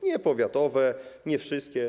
Nie powiatowe, nie wszystkie.